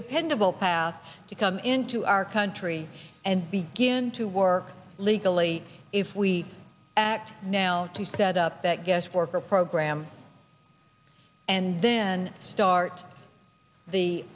dependable path to come into our country and begin to work legally if we act now to set up that guest worker program and then start the